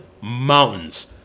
mountains